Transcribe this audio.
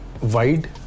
wide